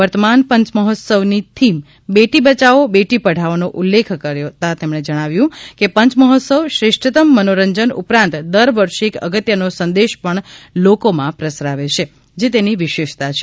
વર્તમાન પંચમહોત્સવની થીમ બેટી બયાવો બેટી પઢાવો નો ઉલ્લેખ કરતા તેમણે જણાવ્યું હતું કે પંચમહોત્સવ શ્રેષ્ઠત્તમ મનોરંજન ઉપરાંત દર વર્ષે એક અગત્યનો સંદેશ પણ લોકોમાં પ્રસરાવે છે જે તેની વિશેષતા છે